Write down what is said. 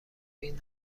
بین